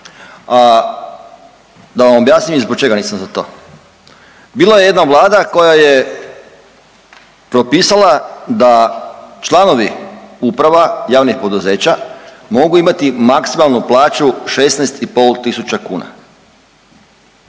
da vam objasnim i zbog čega nisam za to. Bila je jedna vlada koja je propisala da članovi uprava javnih poduzeća mogu imati maksimalnu plaću 16,5 tisuća